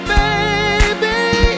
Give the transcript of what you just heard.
baby